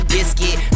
Biscuit